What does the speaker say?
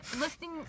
lifting